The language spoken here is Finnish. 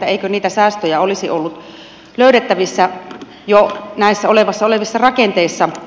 eikö niitä säästöjä olisi ollut löydettävissä jo näistä olemassa olevista rakenteista